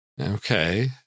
okay